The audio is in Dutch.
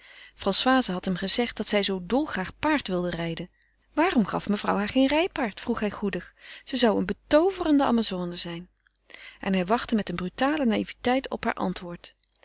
françoise had hem gezegd dat zij zoo dolgraag paard wilde rijden waarom gaf mevrouw haar geen rijpaard vroeg hij goedig ze zou een betooverende amazone zijn en hij wachtte met een brutale naïveteit op haar antwoord